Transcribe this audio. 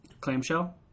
Clamshell